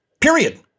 period